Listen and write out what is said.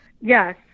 Yes